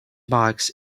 bikes